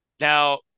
Now